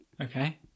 Okay